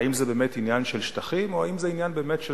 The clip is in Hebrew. האם זה באמת עניין של שטחים או האם זה עניין באמת של